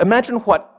imagine what